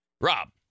Rob